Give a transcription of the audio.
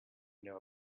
know